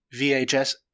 VHS